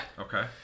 okay